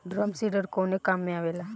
Drum seeder कवने काम में आवेला?